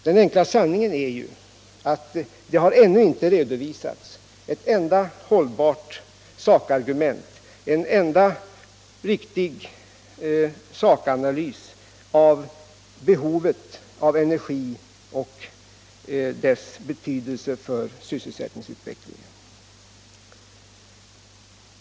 Den enkla sanningen är ju att det ännu inte har redovisats en enda verklig analys av behovet av energi sett i relation till sysselsättningsutvecklingen.